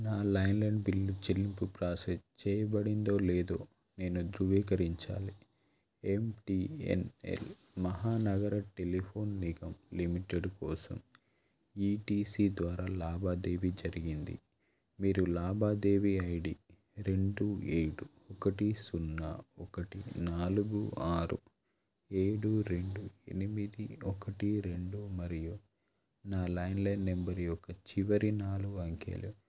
నా landline bill చెల్లింపు process చేయబడిందో లేదో నేను ధృవీకరించాలి MTNL Mahanagar telephone Nigam limited కోసం ఈటీసీ ద్వారా లాభాదేవీ జరిగింది మీరు లావాదేవీ ఐడి రెండు ఏడు ఒకటి సున్నా ఒకటి నాలుగు ఆరు ఏడు రెండు ఎనిమిది ఒకటి రెండు మరియు నా ల్యాండ్లైన్ నెంబర్ యొక్క చివరి నాలుగు అంకెలు